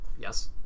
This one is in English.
yes